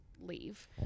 leave